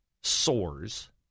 soars